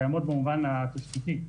קיימות במובן התשתיתי,